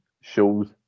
shows